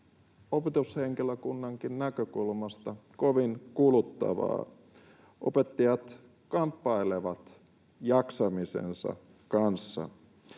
opetushenkilökunnankin näkökulmasta, kovin kuluttavaa. Opettajat kamppailevat jaksamisensa kanssa.